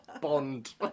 Bond